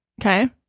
Okay